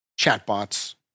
chatbots